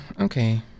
Okay